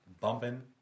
Bumping